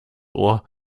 ohr